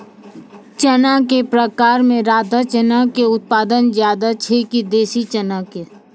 चना के प्रकार मे राधा चना के उत्पादन ज्यादा छै कि देसी चना के?